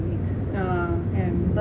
a'ah kan